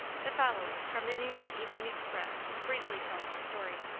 the following, from the new york evening express, briefly tells the story